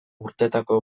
urtetako